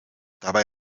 dabei